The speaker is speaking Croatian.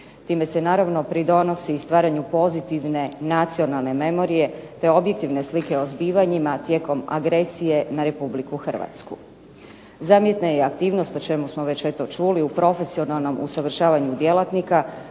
Time se naravno pridonosi i stvaranju pozitivne nacionalne memorije, te objektivne slike o zbivanjima tijekom agresije na Republiku Hrvatsku. Zamjetna je i aktivnost o čemu smo već eto čuli u profesionalnom usavršavanju djelatnika,